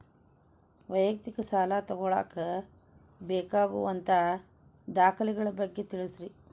ವೈಯಕ್ತಿಕ ಸಾಲ ತಗೋಳಾಕ ಬೇಕಾಗುವಂಥ ದಾಖಲೆಗಳ ಬಗ್ಗೆ ತಿಳಸ್ರಿ